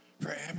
forever